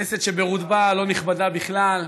כנסת שברובה לא נכבדה בכלל,